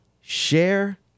share